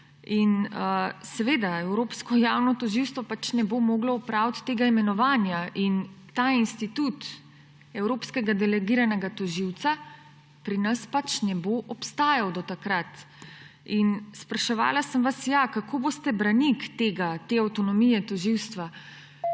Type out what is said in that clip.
seveda, Evropsko javno tožilstvo pač ne bo moglo opraviti tega imenovanja in ta institut evropskega delegiranega tožilca pri nas pač ne bo obstajal do takrat. In spraševala sem vas, ja, kako boste branik tega, te avtonomije tožilstva.